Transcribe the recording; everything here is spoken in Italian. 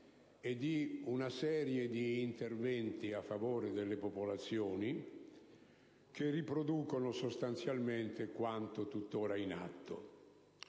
internazionali e di interventi a favore delle popolazioni, che riproducono sostanzialmente quanto è già in atto.